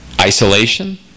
Isolation